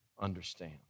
understand